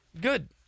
Good